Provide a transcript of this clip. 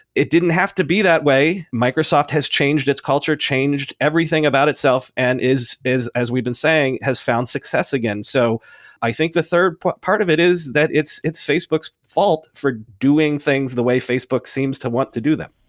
it didn't have to be that way. microsoft has changed its culture, changed everything about itself and is is as we've been saying, has found success again. so i think the third part of it is that it's facebook's fault for doing things the way facebook seems to want to do them.